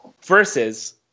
versus